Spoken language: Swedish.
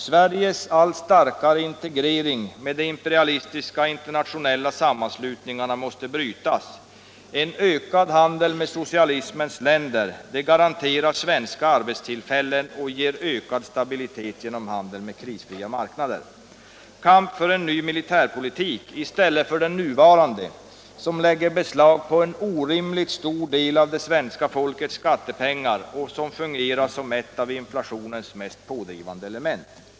Sveriges allt starkare integrering med de imperialistiska internationella sammanslutningarna måste brytas. En ökad handel med socialistiska länder garanterar svenska arbetstillfällen och ger ökad stabilitet genom handel med krisfria marknader. Kamp för en ny militärpolitik i stället för den nuvarande som lägger beslag på en orimligt stor del av svenska folkets skattepengar och fungerar som ett av inflationens mest pådrivande element.